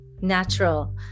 natural